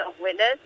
witness